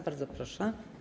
Bardzo proszę.